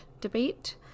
debate